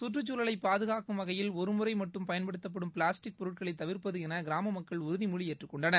கற்றுக்சூழலை பாதுகாக்கும் வகையில் ஒருமுறை மட்டும் பயன்படுத்தப்படும் பிளாஸ்டிக் பொருட்களை தவிர்ப்பது என கிராம மக்கள் உறுதிமொழி ஏற்றுக்கொண்டனர்